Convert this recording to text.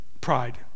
Pride